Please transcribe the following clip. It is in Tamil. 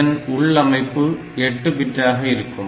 இதன் உள்ளமைப்பு 8 பிட்டாக இருக்கும்